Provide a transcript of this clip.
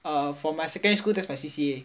err for my secondary school thats my C_C_A